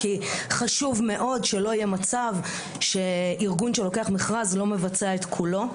כי חשוב מאוד שלא יהיה מצב שארגון שלוקח מכרז לא מבצע את כולו.